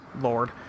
Lord